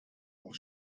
auch